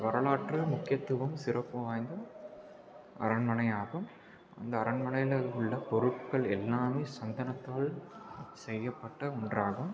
வரலாற்று முக்கியத்துவம் சிறப்பும் வாய்ந்த அரண்மனையாகும் அந்த அரண்மனையில் உள்ள பொருட்கள் எல்லாமே சந்தனத்தால் செய்யப்பட்ட ஒன்றாகும்